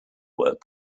work